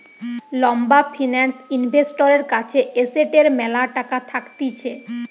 লম্বা ফিন্যান্স ইনভেস্টরের কাছে এসেটের ম্যালা টাকা থাকতিছে